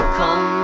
come